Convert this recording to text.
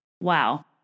wow